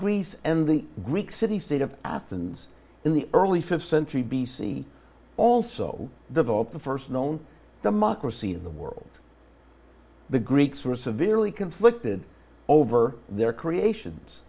greece and the greek city state of athens in the early five centuries b c also developed the first known democracy in the world the greeks were severely conflicted over their creations